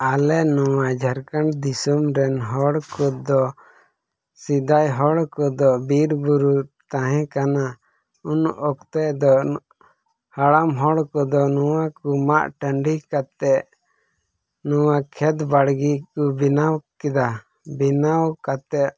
ᱟᱞᱮ ᱱᱚᱣᱟ ᱡᱷᱟᱲᱠᱷᱚᱸᱰ ᱫᱤᱥᱚᱢ ᱨᱮᱱ ᱦᱚᱲ ᱠᱚᱫᱚ ᱥᱮᱫᱟᱭ ᱦᱚᱲ ᱠᱚᱫᱚ ᱵᱤᱨ ᱵᱩᱨᱩ ᱛᱟᱦᱮᱸ ᱠᱟᱱᱟ ᱩᱱ ᱚᱠᱛᱮ ᱫᱚ ᱦᱟᱲᱟᱢ ᱦᱚᱲ ᱠᱚᱫᱚ ᱱᱚᱣᱟ ᱠᱚ ᱢᱟᱜ ᱴᱟᱺᱰᱤ ᱠᱟᱛᱮᱫ ᱱᱚᱣᱟ ᱠᱷᱮᱛ ᱵᱟᱲᱜᱮᱹ ᱠᱚ ᱵᱮᱱᱟᱣ ᱠᱮᱫᱟ ᱵᱮᱱᱟᱣ ᱠᱟᱛᱮᱫ